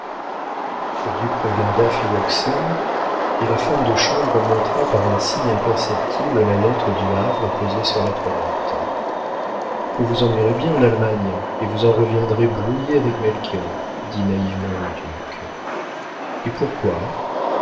le duc regarda philoxène et la femme de chambre montra par un signe imperceptible la lettre du havre posée sur la toilette vous vous ennuierez bien en allemagne et vous en reviendrez brouillée avec melchior dit naïvement le duc et pourquoi